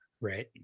right